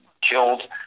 killed